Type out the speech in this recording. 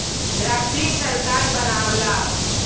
राष्ट्रीय सरकार बनावला